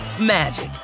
magic